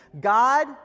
God